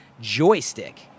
Joystick